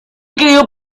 querido